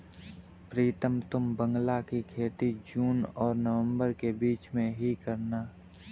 प्रीतम तुम बांग्ला की खेती जून और नवंबर के बीच में ही करना